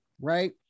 right